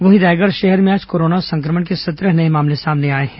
वहीं रायगढ़ शहर में आज कोरोना संक्रमण के सत्रह नये मामले सामने आए हैं